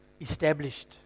established